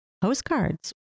postcards